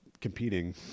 competing